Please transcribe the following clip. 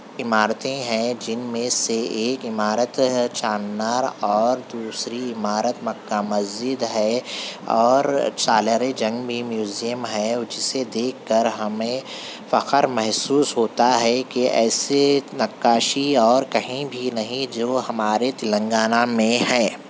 عمارتیں ہیں جن میں سے ایک عمارت ہے چار مِنار اور دوسری عمارت مکہ مسجد ہے اور سالار جنگ میں میوزیم ہے جسے دیکھ کر ہمیں فخر محسوس ہوتا ہے کہ ایسے نقاشی اور کہیں بھی نہیں جو ہمارے تلنگانہ میں ہے